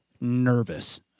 nervous